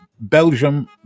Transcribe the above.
Belgium